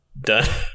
Done